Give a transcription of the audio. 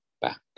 back